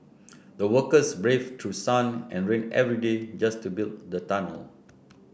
the workers braved through sun and rain every day just to build the tunnel